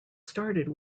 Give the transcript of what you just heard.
started